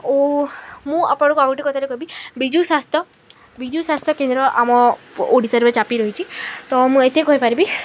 ଓ ମୁଁ ଆପଣଙ୍କୁ ଆଉ ଗୋଟେ କଥାରେ କହିବି ବିଜୁ ସ୍ୱାସ୍ଥ୍ୟ ବିଜୁ ସ୍ୱାସ୍ଥ୍ୟ କେନ୍ଦ୍ର ଆମ ଓଡ଼ିଶାରେ ଚାପି ରହିଛି ତ ମୁଁ ଏତେ କହିପାରିବି